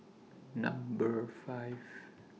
Number five